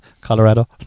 Colorado